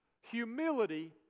Humility